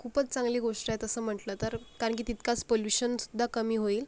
खूपच चांगली गोष्ट आहे तसं म्हटलं तर कारण की तितकाच पोल्यूशनसुद्धा कमी होईल